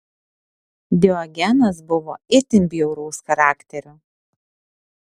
diogenas buvo itin bjauraus charakterio